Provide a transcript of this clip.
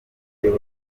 nzego